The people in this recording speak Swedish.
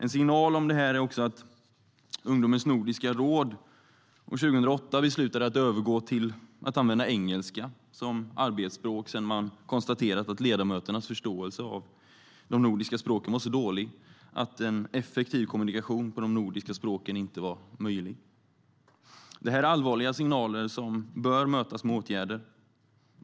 En signal om det här är att Ungdomens Nordiska Råd år 2008 beslutade att övergå till att använda engelska som arbetsspråk sedan man hade konstaterat att ledamöternas förståelse av de nordiska språken var så dålig att en effektiv kommunikation på de nordiska språken inte var möjlig. Det här är allvarliga signaler som bör mötas med åtgärder.